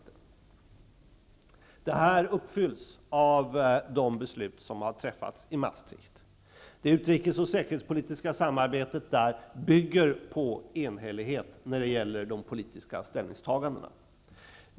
Dessa förutsättningar uppfylls av de beslut som har träffats i Maastricht. Det utrikesoch säkerhetspolitiska samarbetet där bygger på enhällighet när det gäller de politiska ställningstagandena.